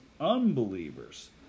unbelievers